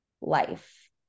life